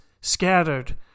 scattered